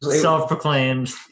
self-proclaimed